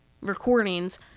recordings